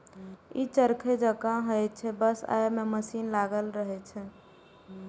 ई चरखे जकां होइ छै, बस अय मे मशीन लागल रहै छै